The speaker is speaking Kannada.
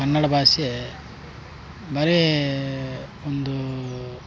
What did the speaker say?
ಕನ್ನಡ ಭಾಷೆ ಬರೇ ಒಂದು